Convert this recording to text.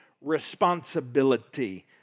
responsibility